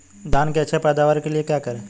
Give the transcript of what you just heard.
धान की अच्छी पैदावार के लिए क्या करें?